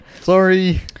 sorry